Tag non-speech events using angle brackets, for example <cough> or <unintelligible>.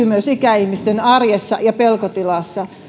<unintelligible> myös ikäihmisten arjessa ja pelkotilassa